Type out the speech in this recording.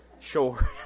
Sure